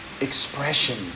expression